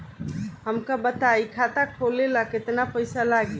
हमका बताई खाता खोले ला केतना पईसा लागी?